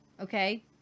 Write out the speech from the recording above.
Okay